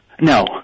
No